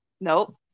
nope